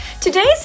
Today's